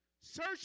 Search